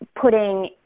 putting